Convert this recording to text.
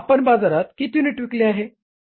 आपण बाजारात किती युनिट विकले आहे